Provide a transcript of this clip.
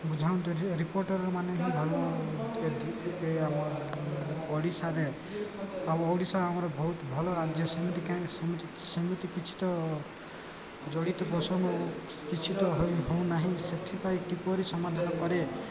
ବୁଝାନ୍ତି ରିପୋର୍ଟର୍ମାନେ ହିଁ ଆମ ଓଡ଼ିଶାରେ ଆଉ ଓଡ଼ିଶା ଆମର ବହୁତ ଭଲ ରାଜ୍ୟ ସେମିତି କେମିତି ସେମିତି କିଛି ତ ଜଡ଼ିତ ପୋଷଣ ଓ କିଛି ତ ହେଉନାହିଁ ସେଥିପାଇଁ କିପରି ସମାଧାନ କରେ